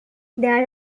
there